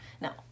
no